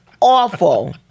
awful